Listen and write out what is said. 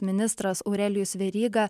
ministras aurelijus veryga